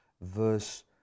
verse